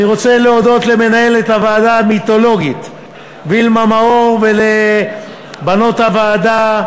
אני רוצה להודות למנהלת הוועדה המיתולוגית וילמה מאור ולבנות הוועדה,